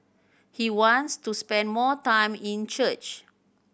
he wants to spend more time in church